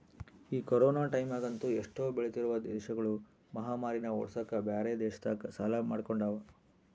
ಈ ಕೊರೊನ ಟೈಮ್ಯಗಂತೂ ಎಷ್ಟೊ ಬೆಳಿತ್ತಿರುವ ದೇಶಗುಳು ಮಹಾಮಾರಿನ್ನ ಓಡ್ಸಕ ಬ್ಯೆರೆ ದೇಶತಕ ಸಾಲ ಮಾಡಿಕೊಂಡವ